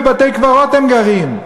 בבתי-קברות הם גרים,